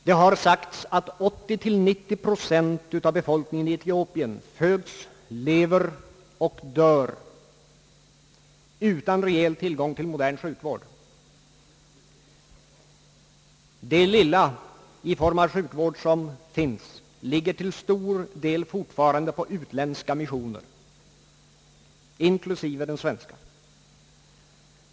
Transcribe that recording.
Det har sagts att 80—90 procent av befolkningen i Etiopien föds, lever och dör utan rejäl tillgång till modern sjukvård. Det lilla som finns ligger till stor del fortfarande på utländska missioner.